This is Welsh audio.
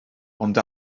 ond